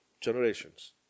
generations